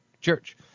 church